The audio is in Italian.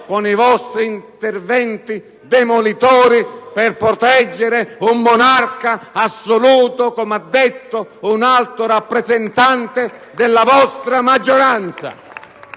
con i vostri interventi demolitori per proteggere «un monarca assoluto», come ha detto un alto rappresentante della vostra maggioranza.